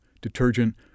detergent